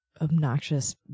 obnoxious